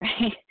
right